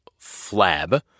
flab